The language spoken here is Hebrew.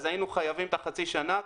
אז היינו חייבים את חצי השנה.